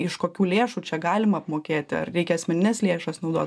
iš kokių lėšų čia galima apmokėti ar reikia asmenines lėšas naudot